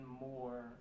more